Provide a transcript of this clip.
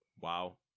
Wow